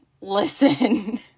listen